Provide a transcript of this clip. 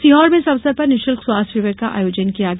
सीहोर में इस अवसर पर निःशुल्क स्वास्थ्य शिविर का आयोजन किया गया